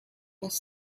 was